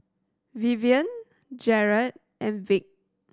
Vivienne Jarret and Vic